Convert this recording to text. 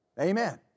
Amen